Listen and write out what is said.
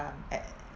um uh